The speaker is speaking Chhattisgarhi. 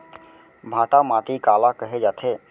भांटा माटी काला कहे जाथे?